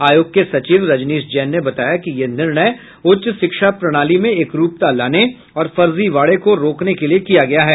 आयोग के सचिव रजनीश जैन ने बताया कि यह निर्णय उच्च शिक्षा प्रणाली में एकरूपता लाने और फर्जीवाड़े को रोकने के लिए किया गया है